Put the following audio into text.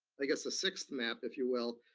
i guess a sixth map, if you will,